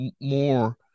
more